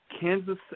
kansas